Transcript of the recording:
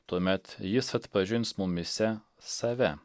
tuomet jis atpažins mumyse save